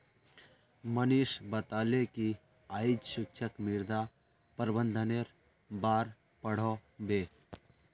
मनीष बताले कि आइज शिक्षक मृदा प्रबंधनेर बार पढ़ा बे